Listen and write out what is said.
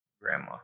grandma